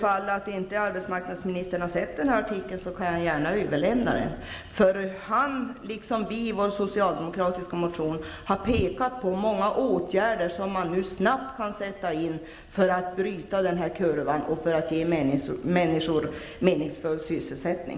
Ifall arbetsmarknadsministern inte har sett den här artikeln, kan jag gärna överlämna den. Han, liksom vi socialdemokrater i vår motion, har pekat på många åtgärder som man nu snabbt kan sätta in för att bryta kurvan och ge människor meningsfull sysselsättning.